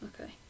Okay